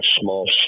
small